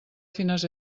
fines